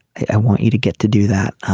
i want you to get to do that. ah